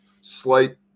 slight